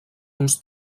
uns